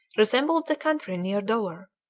resembled the country near dover.